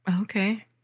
Okay